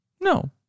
No